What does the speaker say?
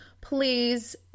Please